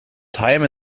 time